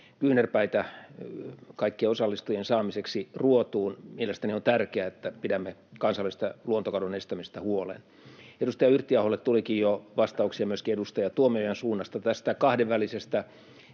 kyynärpäitä kaikkien osallistujien saamiseksi ruotuun. Mielestäni on tärkeää, että pidämme kansainvälisestä luontokadon estämisestä huolen. Edustaja Yrttiaholle tulikin jo vastauksia myöskin edustaja Tuomiojan suunnasta tästä kahdenvälisestä